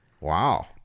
Wow